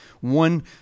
one